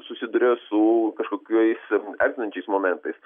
susiduria su kažkokiais erzinančiais momentais